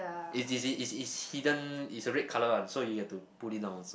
is is is is hidden is a red color one so you have to pull it down also